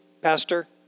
pastor